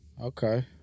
Okay